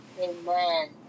Amen